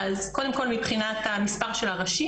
אז קודם כל מבחינת מס' של הראשים,